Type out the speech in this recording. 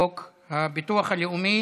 חוק הביטוח הלאומי